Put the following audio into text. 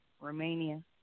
Romania